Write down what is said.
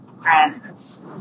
friends